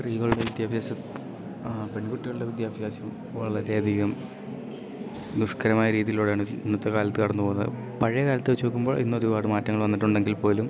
സ്ത്രീകളുടെ വിദ്യാഭ്യാസം പെൺകുട്ടികളുടെ വിദ്യാഭ്യാസം വളരെയധികം ദുഷ്കരമായ രീതിയിലൂടെയാണ് ഇന്നത്തെ കാലത്ത് കടന്ന് പോകുന്നത് പഴയ കാലത്ത് വെച്ച് നോക്കുമ്പോൾ ഇന്നൊരുപാട് മാറ്റങ്ങൾ വന്നിട്ടുണ്ടെങ്കിൽ പോലും